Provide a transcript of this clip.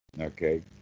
okay